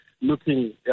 looking